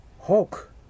Hulk